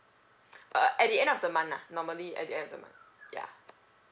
uh at the end of the month lah normally at the end of month ya